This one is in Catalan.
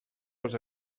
els